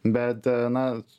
bet na